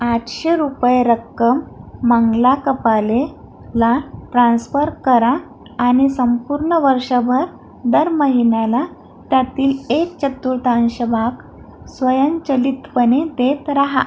आठशे रुपये रक्कम मंगला कपालेला ट्रान्स्फर करा आणि संपूर्ण वर्षभर दर महिन्याला त्यातील एक चतुर्थांश भाग स्वयंचलितपणे देत रहा